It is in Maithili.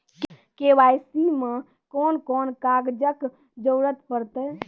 के.वाई.सी मे कून कून कागजक जरूरत परतै?